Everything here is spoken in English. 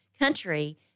country